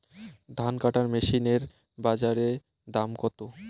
ধান কাটার মেশিন এর বাজারে দাম কতো?